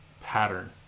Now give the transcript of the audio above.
pattern